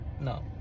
No